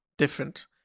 different